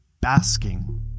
basking